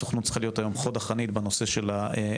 הסוכנות צריכה להיום היום חוד החנית בנושא של עלייה